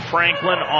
Franklin